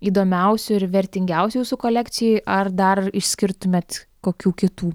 įdomiausių ir vertingiausių jūsų kolekcijoj ar dar išskirtumėt kokių kitų